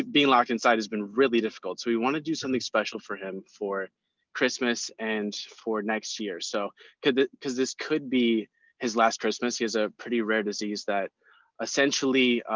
being locked inside has been really difficult. so we want to do something special for him for christmas and for next year. so could this cause this could be his last christmas. he has a pretty rare disease that essentially,